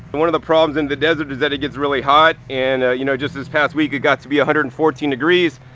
and one of the problems in the desert is that it gets really hot and you know just this past week it got to be one hundred and fourteen degrees,